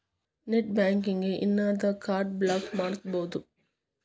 net banking ಇನ್ದಾ card block ಮಾಡ್ಸ್ಬೊದು